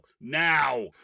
now